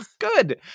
Good